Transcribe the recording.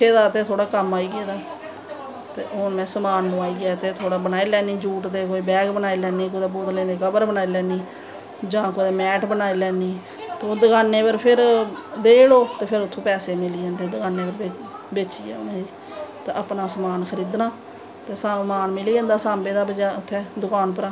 ते सिक्के दा ते थोह्ड़ी कम्म आई गंदा ते हून में समान मंगवाईयै ते बनाई लैन्नी जूट दे बैग बनाई लैन्नी कुदै बोतलें दे कवर बनाई लैन्नी जां कोई मैट बनाई लैन्नी ते दकानें पर गे ते फिर उत्थूं पैसे मिली जंदे दकानें परा दा बेचियै उनेंगी ते ्पनां समान खरीदनां ते समान मिली जंदा सांबे दा बज़ार उप्परा दा